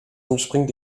entspringt